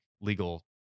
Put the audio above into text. legal